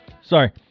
Sorry